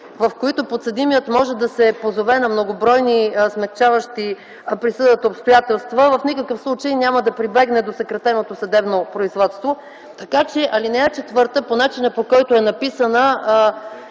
в които подсъдимият може да се позове на многобройни смекчаващи присъдата обстоятелства, в никакъв случай няма да прибегне до съкратеното съдебно производство. Алинея 4 по начина, по който е написана,